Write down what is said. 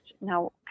now